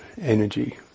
energy